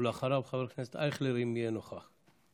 ואחריו, חבר הכנסת אייכלר, אם יהיה נוכח.